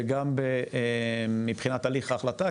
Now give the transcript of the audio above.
וגם מבחינת הליך ההחלטה,